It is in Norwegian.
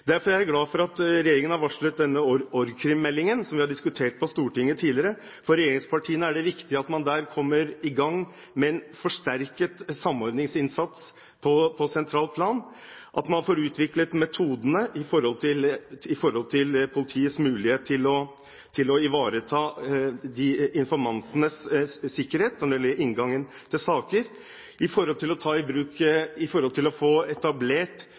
Derfor er jeg glad for at regjeringen har varslet denne orgkrim-meldingen, som vi har diskutert på Stortinget tidligere. For regjeringspartiene er det viktig at man der kommer i gang med en forsterket samordningsinnsats på sentralt plan, at man får utviklet metodene med tanke på politiets mulighet til å ivareta informantenes sikkerhet når det gjelder inngangen til saker, og med tanke på å få etablert bruk av trafikkdata i